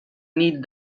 nit